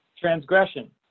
Transgression